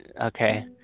Okay